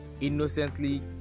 innocently